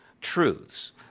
truths